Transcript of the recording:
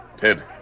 Ted